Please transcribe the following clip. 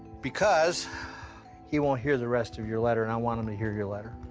because he won't hear the rest of your letter, and i want him to hear your letter.